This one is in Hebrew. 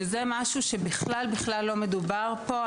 וזה משהו שבכלל בכלל לא מדובר פה.